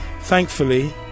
Thankfully